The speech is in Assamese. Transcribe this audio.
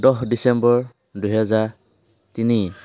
দহ ডিচেম্বৰ দুহেজাৰ তিনি